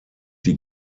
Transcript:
die